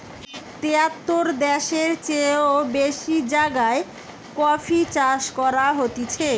তেয়াত্তর দ্যাশের চেও বেশি জাগায় কফি চাষ করা হতিছে